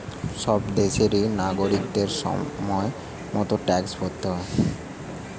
সব দেশেরই নাগরিকদের সময় মতো ট্যাক্স ভরতে হয়